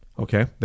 Okay